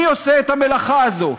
מי עושה את המלאכה הזאת?